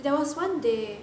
there was one day